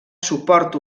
suport